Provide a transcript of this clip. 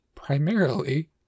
primarily